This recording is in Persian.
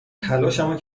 تلاشمو